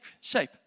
shape